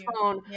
phone